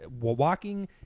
walking